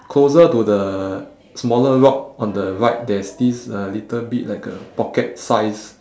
closer to the smaller rock on the right there's this uh little bit like a pocket size